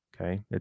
Okay